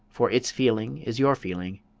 for its feeling is your feeling,